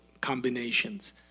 combinations